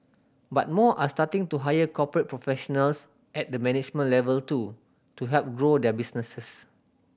but more are starting to hire corporate professionals at the management level too to help grow their businesses